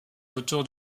autour